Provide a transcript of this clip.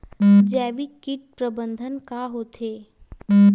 जैविक कीट प्रबंधन का होथे?